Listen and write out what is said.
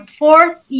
fourth